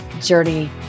journey